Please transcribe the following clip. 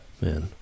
Man